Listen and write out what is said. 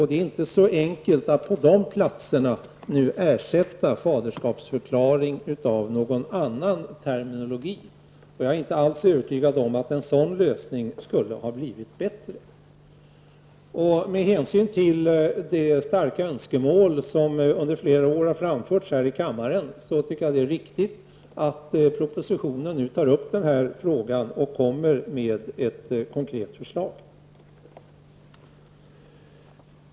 Det är inte så enkelt att på dessa platser ersätta faderskapsförklaring med någon annan terminologi. Jag är inte ens övertygad om att en sådan lösning skulle ha blivit bättre. Med hänvisning till det starka önskemål som under flera år har framförts här i kammaren tycker jag att det är riktigt att regeringen nu tagit upp frågan och kommit med ett konkret förslag.